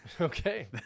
Okay